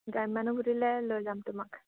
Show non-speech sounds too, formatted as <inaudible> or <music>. <unintelligible> লৈ যাম তোমাক